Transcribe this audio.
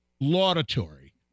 laudatory